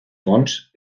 fons